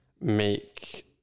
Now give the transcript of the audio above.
make